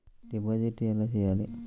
Deposit ఎలా చెయ్యాలి?